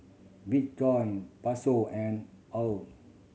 Bitcoin Peso and AUD